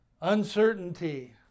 uncertainty